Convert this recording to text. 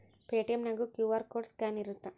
Paytm ನ್ಯಾಗು QR code scan ಇರತ್ತ